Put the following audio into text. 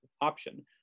option